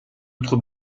autre